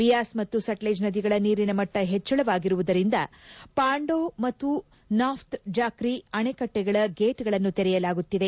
ಬಿಯಾಸ್ ಮತ್ತು ಸಟ್ಲೆಜ್ ನದಿಗಳ ನೀರಿನ ಮಟ್ಲ ಹೆಚ್ಚಾಳವಾಗಿರುವುದರಿಂದ ಪಾಂಡೊಹ್ ಮತ್ತು ನಾಥ್ವ ಜಾಕ್ರಿ ಅಣೆಕಟ್ಟುಗಳ ಗೇಟ್ ಗಳನ್ನು ತೆರೆಯಲಾಗುತ್ತಿದೆ